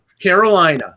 carolina